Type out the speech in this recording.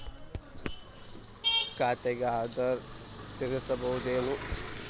ಖಾತೆಗೆ ಆಧಾರ್ ಸೇರಿಸಬಹುದೇನೂ?